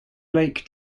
lake